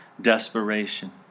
desperation